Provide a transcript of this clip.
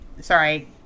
sorry